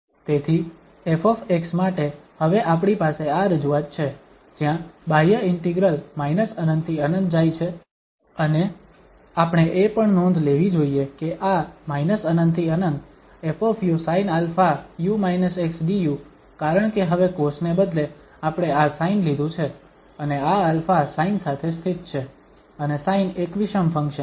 તેથી ƒ માટે હવે આપણી પાસે આ રજૂઆત છે જ્યાં બાહ્ય ઇન્ટિગ્રલ ∞ થી ∞ જાય છે અને આપણે એ પણ નોંધ લેવી જોઈએ કે આ ∞∫∞ 𝑓sinαu−xdu કારણકે હવે કોસ ને બદલે આપણે આ સાઇન લીધું છે અને આ α સાઇન સાથે સ્થિત છે અને સાઇન એક વિષમ ફંક્શન છે